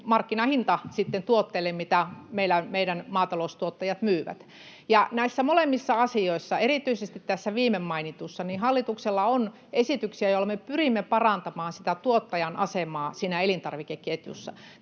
markkinahinta, mitä meidän maataloustuottajat myyvät. Näissä molemmissa asioissa, erityisesti tässä viimemainitussa, hallituksella on esityksiä, joilla me pyrimme parantamaan tuottajan asemaa elintarvikeketjussa.